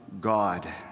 God